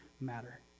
matter